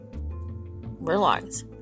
realize